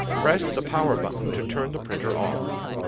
press the power button to turn the printer off.